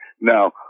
Now